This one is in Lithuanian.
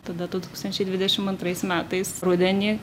tada du tūkstančiai dvidešim antrais metais rudenį